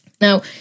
Now